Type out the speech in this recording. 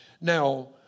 Now